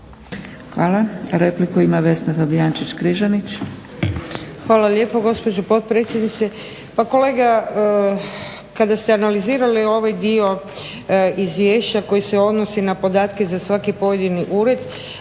(SDP)** Repliku ima Vesna Fabijančić-Križanić.